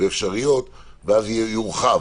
ואפשריות ואז זה יורחב.